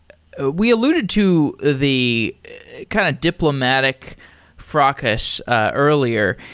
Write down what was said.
ah we alluded to the kind of diplomatic fracas earlier.